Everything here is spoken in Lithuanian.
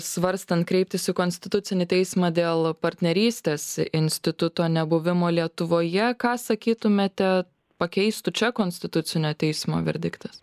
svarstant kreiptis į konstitucinį teismą dėl partnerystės instituto nebuvimo lietuvoje ką sakytumėte pakeistų čia konstitucinio teismo verdiktas